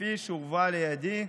כפי שהובאה לידי.